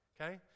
okay